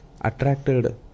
attracted